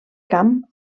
camp